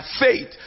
faith